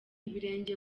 ibirenge